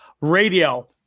radio